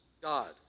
God